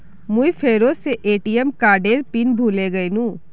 मुई फेरो से ए.टी.एम कार्डेर पिन भूले गेनू